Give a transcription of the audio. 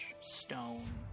stone